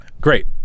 Great